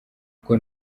kuko